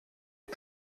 est